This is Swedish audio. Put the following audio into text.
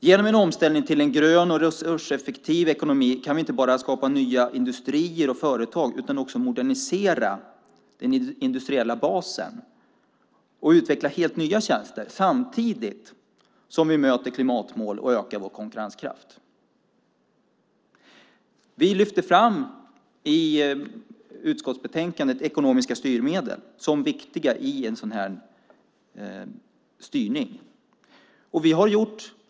Genom omställning till en grön, resurseffektiv ekonomi kan vi inte bara skapa nya industrier och företag utan också modernisera den industriella basen och utveckla helt nya tjänster samtidigt som vi möter klimatmål och ökar vår konkurrenskraft. I utskottsbetänkandet lyfter vi fram ekonomiska styrmedel som viktiga i en sådan styrning.